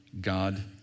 God